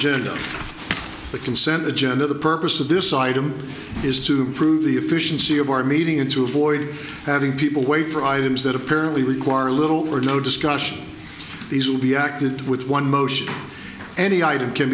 agenda the consent agenda the purpose of this item is to prove the efficiency of our meeting and to avoid having people wait for items that apparently require little or no discussion these will be acted with one motion any item can